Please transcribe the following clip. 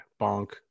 bonk